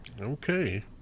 Okay